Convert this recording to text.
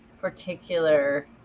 particular